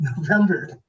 November